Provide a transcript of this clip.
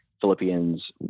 Philippians